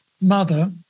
mother